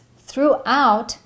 throughout